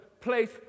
place